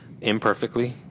imperfectly